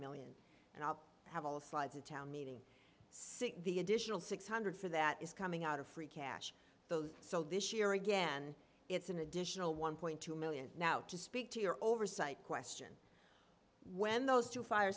million and i'll have all the slides in town meeting since the additional six hundred for that is coming out of free cash those so this year again it's an additional one point two million now to speak to your oversight question when those two fire